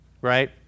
Right